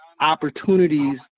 opportunities